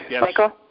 Michael